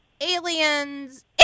aliens